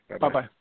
Bye-bye